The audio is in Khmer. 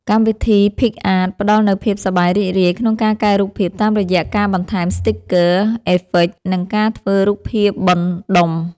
កម្មវិធី ភីកអាត ផ្ដល់នូវភាពសប្បាយរីករាយក្នុងការកែរូបភាពតាមរយៈការបន្ថែម ស្ទីគ័រ , អេហ្វិក និងការធ្វើ រូបភាពបន្តុំ ។